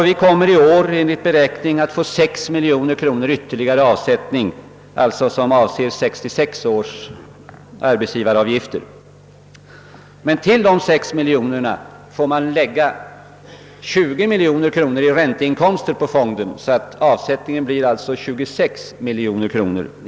Vi kommer enligt beräkningar att i år avsätta ytterligare 6 miljoner kronor, vilket avser 1966 års arbets sivaravgifter. Till dessa 6 miljoner kronor får man lägga 20 miljoner kronor i ränteinkomster, varför avsättningen i stället blir 26 miljoner kronor.